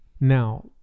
Now